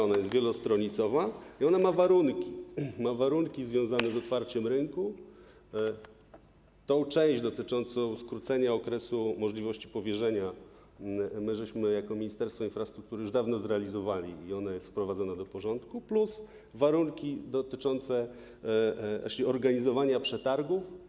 Ona jest wielostronicowa i ma warunki: warunki związane z otwarciem rynku - tę część dotyczącą skrócenia okresu możliwości powierzenia my jako Ministerstwo Infrastruktury już dawno zrealizowaliśmy i ona jest wprowadzona do porządku - plus warunki dotyczące właśnie organizowania przetargów.